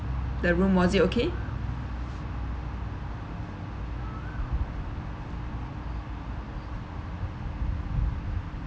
the room was it okay